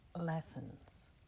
Lessons